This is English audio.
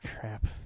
crap